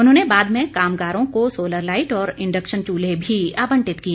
उन्होंने बाद में कामगारों को सोलर लाईट और इंडक्शन चुल्हे भी आयंटित किए